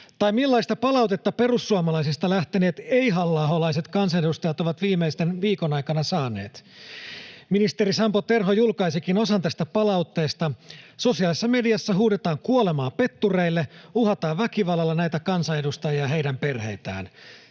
tai millaista palautetta perussuomalaisista lähteneet ei-halla-aholaiset kansanedustajat ovat viimeisen viikon aikana saaneet. Ministeri Sampo Terho julkaisikin osan tästä palautteesta. Sosiaalisessa mediassa huudetaan kuolemaa pettureille, uhataan väkivallalla näitä kansanedustajia ja heidän perheitään.